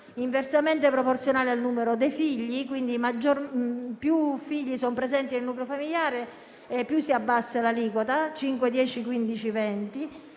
inversamente proporzionale al numero dei figli, e quindi più figli sono presenti nel nucleo familiare più si abbassa (5, 10, 15 e